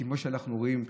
כמו שאנחנו רואים,